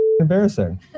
embarrassing